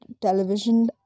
television